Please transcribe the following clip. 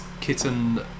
Kitten